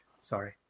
Sorry